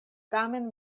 tamen